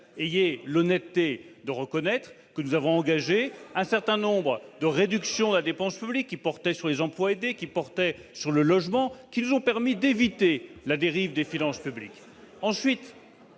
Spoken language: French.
Ayez l'honnêteté de reconnaître que nous avons engagé un certain nombre de réductions de la dépense publique en matière d'emplois aidés ou de logement qui nous ont permis d'éviter la dérive des finances publiques.